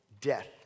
death